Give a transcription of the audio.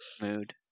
Mood